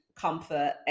comfort